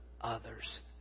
others